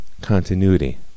continuity